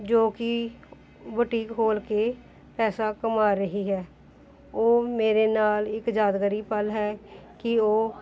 ਜੋ ਕਿ ਬੂਟੀਕ ਖੋਲ੍ਹ ਕੇ ਪੈਸਾ ਕਮਾ ਰਹੀ ਹੈ ਉਹ ਮੇਰੇ ਨਾਲ ਇੱਕ ਯਾਦਗਾਰੀ ਪਲ ਹੈ ਕਿ ਉਹ